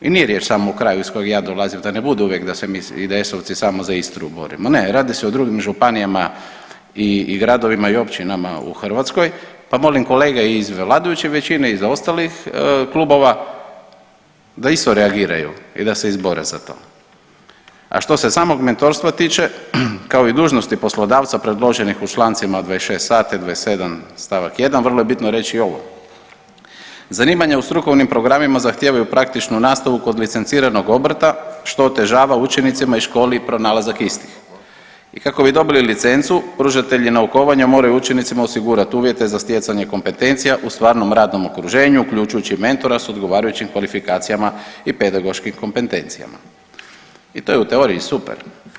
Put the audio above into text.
I nije riječ samo o kraju iz kojeg ja dolazim, da ne bude uvijek da se mi IDS-ovci samo za Istru borimo, ne, radi se o drugim županijama i gradovima i općinama u Hrvatskoj pa molim kolege iz vladajuće većine iz ostalih klubova da isto reagiraju i da se izbore za to, a što se samog mentorstva tiče, kao i dužnosti poslodavca predloženih u čl. 26a te 27 st. 1 vrlo je bitno reći i ovo, zanimanje u strukovnim programima zahtijevaju praktičnu nastavu kod licenciranog obrta, što otežava učenicima i školi pronalazak istih i kako bi dobili licencu, pružatelji naukovanja moraju učenicima osigurati uvjete za stjecanje kompetencija u stvarnom radnom okruženju, uključujući mentora s odgovarajućim kvalifikacijama i pedagoškim kompetencijama, i to je u teoriji super.